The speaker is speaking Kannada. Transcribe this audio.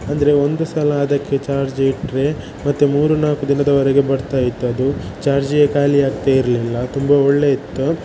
ಅಂದರೆ ಒಂದು ಸಲ ಅದಕ್ಕೆ ಚಾರ್ಜ್ ಇಟ್ಟರೆ ಮತ್ತೆ ಮೂರು ನಾಲ್ಕು ದಿನದವರೆಗೆ ಬರ್ತಾಯಿತ್ತು ಅದು ಚಾರ್ಜೆ ಖಾಲಿ ಆಗ್ತಾ ಇರಲಿಲ್ಲ ತುಂಬ ಒಳ್ಳೆಯದಿತ್ತು